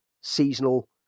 seasonal